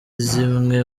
zimwe